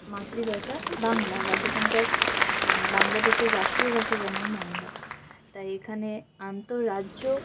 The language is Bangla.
মাতৃভাষা বাংলা বা সেখানকার বাংলাদেশের রাষ্ট্রীয় ভাষা যেমন বাংলা তাই এখানে আন্তরাজ্য